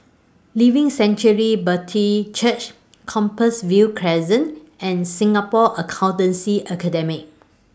Living Sanctuary Brethren Church Compassvale Crescent and Singapore Accountancy Academy